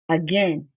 again